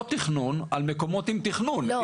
תכנון על מקומות עם תכנון --- לא,